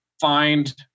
find